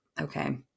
Okay